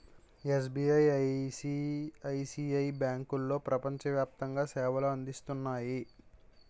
SBI, ICICI బ్యాంకులో ప్రపంచ వ్యాప్తంగా సేవలు అందిస్తున్నాయి